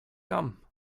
come